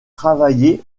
travailler